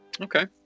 Okay